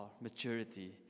maturity